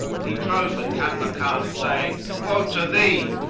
he drove at kanmakan, saying, woe to thee!